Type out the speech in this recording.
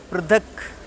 प्रथक्